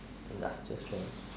industrial strength